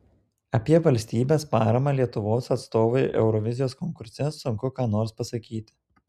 apie valstybės paramą lietuvos atstovui eurovizijos konkurse sunku ką nors pasakyti